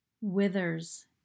withers